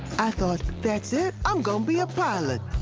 i thought, that's it, i'm going to be a pilot,